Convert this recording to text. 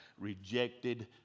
rejected